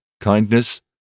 kindness